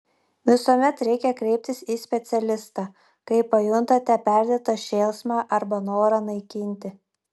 visuomet reikia kreiptis į specialistą kai pajuntate perdėtą šėlsmą arba norą naikinti